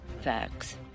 Facts